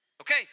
Okay